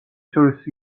შორის